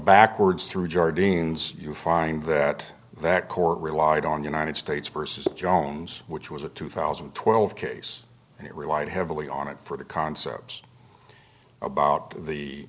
backwards through jar deans you find that that court relied on united states versus jones which was a two thousand and twelve case and it relied heavily on it for the concepts about the